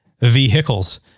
vehicles